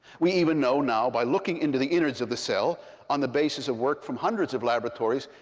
we even know, now, by looking into the innards of the cell on the basis of work from hundreds of laboratories,